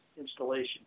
installation